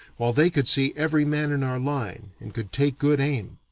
while they could see every man in our line and could take good aim.